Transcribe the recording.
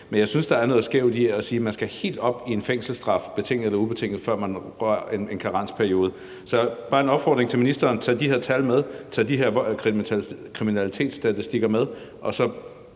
Men jeg synes, der er noget skævt i at sige, at man skal helt op i en fængselsstraf – betinget eller ubetinget – før man rører en karensperiode. Så det er bare en opfordring til ministeren til at tage de her tal med, tage de her kriminalitetsstatistikker med,